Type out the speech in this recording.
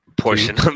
portion